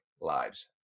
Lives